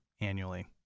annually